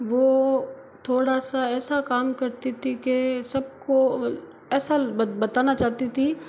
वह थोड़ा सा ऐसा काम करती थी के सबको ऐसा बत बताना चाहती थी